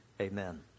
amen